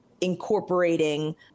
incorporating